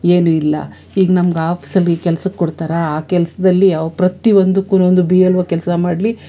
ಏನು ಇಲ್ಲ ಈಗ ನಮ್ಗೆ ಆಪೀಸಿನಲ್ಲಿ ಕೆಲ್ಸಕ್ಕೆ ಕೊಡ್ತಾರೆ ಆ ಕೆಲ್ಸದಲ್ಲಿ ಆ ಪ್ರತಿಯೊಂದುಕ್ಕೂ ಒಂದು ಕೆಲಸ ಮಾಡಲಿ